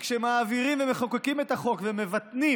וכשמעבירים ומחוקקים את החוק ומבטנים